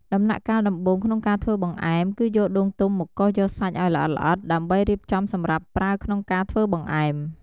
ដំណាក់កាលដំបូងក្នុងការធ្វើបង្អែម គឺយកដូងទុំមកកោសយកសាច់ឱ្យល្អិតៗ ដើម្បីរៀបចំសម្រាប់ប្រើក្នុងការធ្វើបង្អែម។